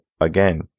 again